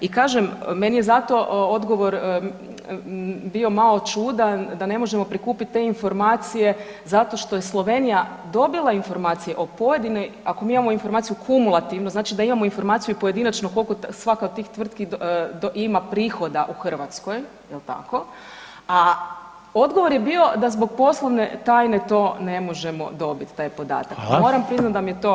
I kažem meni je zato odgovor bio malo čudan da ne možemo prikupiti te informacije zato što je Slovenija dobila informacije o pojedinoj, ako mi imamo informacije kumulativno znači da imamo informaciju i pojedinačno koliko svaka od tih tvrtki ima prihoda u Hrvatskoj jel tako, a odgovor je bio da zbog poslovne tajne to ne možemo dobiti taj podatak [[Upadica: Hvala.]] moram priznati da mi je to malo čudno.